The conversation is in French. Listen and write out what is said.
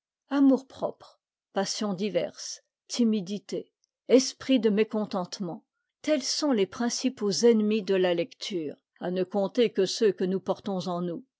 passions diverses timidité esprit de mécontentement tels sont les principaux ennemis de la lecture à ne compter que ceux que nous portons en nous